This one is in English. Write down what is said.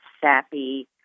sappy